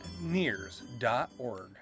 NEARS.org